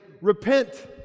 repent